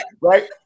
right